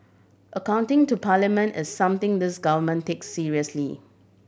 accounting to parliament is something this government take seriously